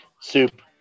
Soup